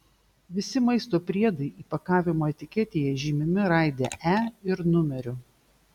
visi maisto priedai įpakavimo etiketėje žymimi raide e ir numeriu